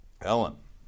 Ellen